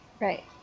Right